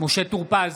משה טור פז,